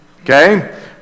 Okay